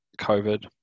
COVID